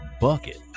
bucket